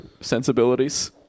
sensibilities